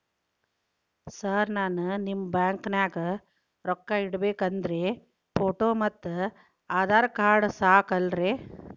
Sir ನಾನು ನಿಮ್ಮ ಬ್ಯಾಂಕನಾಗ ರೊಕ್ಕ ಇಡಬೇಕು ಅಂದ್ರೇ ಫೋಟೋ ಮತ್ತು ಆಧಾರ್ ಕಾರ್ಡ್ ಸಾಕ ಅಲ್ಲರೇ?